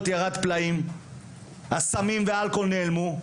ירדו פלאים; הסמים והאלכוהול נעלמו,